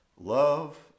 love